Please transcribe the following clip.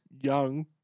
young